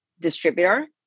distributor